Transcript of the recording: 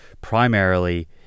Primarily